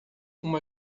uma